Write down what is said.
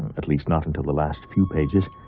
at least not until the last few pages,